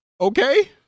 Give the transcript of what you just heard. Okay